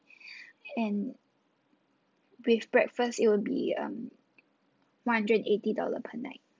and with breakfast it will be um one hundred and eighty dollar per night